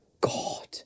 God